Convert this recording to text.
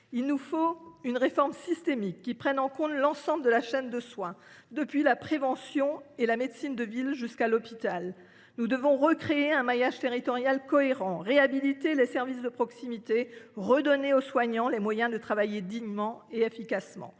Il faut une réforme systémique, qui prenne en compte l’ensemble de la chaîne de soins, depuis la prévention et la médecine de ville jusqu’à l’hôpital. Nous devons recréer un maillage territorial cohérent, réhabiliter les services de proximité, redonner aux soignants les moyens de travailler dignement et efficacement.